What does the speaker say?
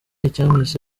icyamwishe